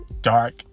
dark